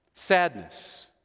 Sadness